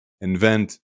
invent